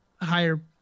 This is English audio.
higher